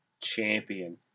champion